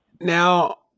Now